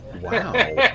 wow